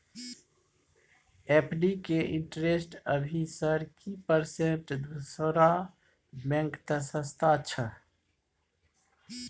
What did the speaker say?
FD के interest अभी sir की परसेंट दूसरा बैंक त सस्ता छः?